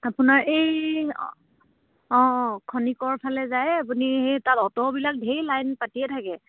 আপোনাৰ এই অঁ অঁ অঁ খনিকৰ ফালে যায় আপুনি সেই তাত অ'টো'বিলাক ধেই লাইন পাতিয়ে থাকে